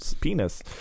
Penis